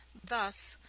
thus,